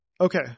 Okay